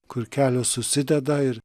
kur kelios susideda ir